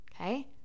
Okay